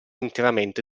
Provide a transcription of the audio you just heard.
interamente